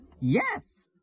Yes